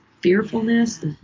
fearfulness